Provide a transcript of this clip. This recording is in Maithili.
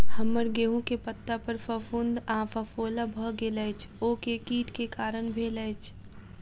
हम्मर गेंहूँ केँ पत्ता पर फफूंद आ फफोला भऽ गेल अछि, ओ केँ कीट केँ कारण भेल अछि?